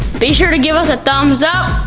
be sure to give us a thumbs up.